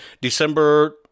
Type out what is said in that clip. December